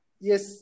yes